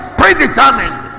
predetermined